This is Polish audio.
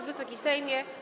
Wysoki Sejmie!